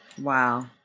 wow